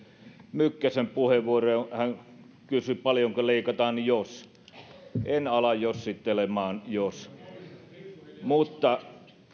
mykkäsen puheenvuoroon hän kysyi paljonko leikataan jos en ala jossittelemaan jos mutta